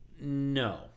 No